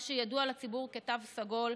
מה שידוע לציבור כתו סגול,